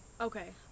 okay